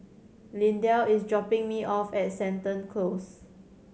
Lindell is dropping me off at Seton Close